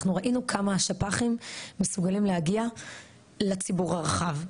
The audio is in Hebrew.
אנחנו ראינו כמה השפ"חים מסוגלים להגיע לציבור הרחב.